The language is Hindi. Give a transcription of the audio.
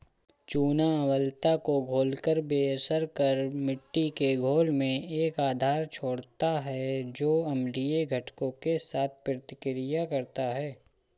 चूना अम्लता को घोलकर बेअसर कर मिट्टी के घोल में एक आधार छोड़ता है जो अम्लीय घटकों के साथ प्रतिक्रिया करता है